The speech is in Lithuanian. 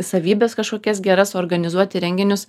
savybes kažkokias geras suorganizuoti renginius